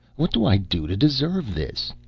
what do i do to deserve this?